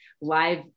live